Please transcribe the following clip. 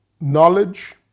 knowledge